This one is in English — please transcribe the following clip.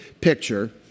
picture